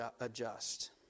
adjust